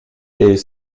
est